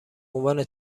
عنوان